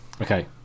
Okay